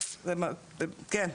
תודה.